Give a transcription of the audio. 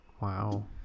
Wow